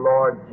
Lord